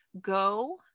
go